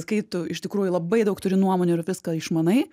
kai tu iš tikrųjų labai daug turi nuomonių ir viską išmanai